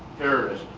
terrorists